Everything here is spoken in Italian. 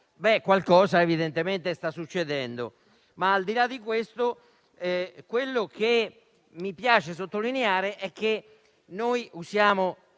qualcosa evidentemente sta succedendo. Al di là di questo, mi piace sottolineare che noi usiamo